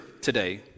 today